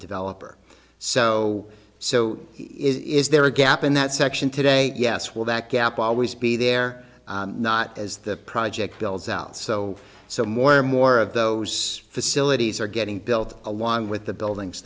developer so so is there a gap in that section today yes will that gap always be there not as the project bells out so so more and more of those facilities are getting built along with the buildings